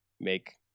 make